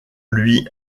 lui